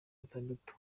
batandatu